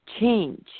change